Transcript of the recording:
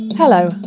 Hello